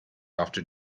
after